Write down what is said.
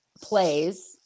plays